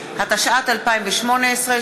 התשע"ט 2018,